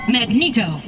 Magneto